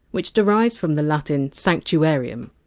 which derives from the latin! sanctuarium,